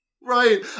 Right